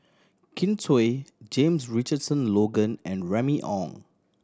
Kin Chui James Richardson Logan and Remy Ong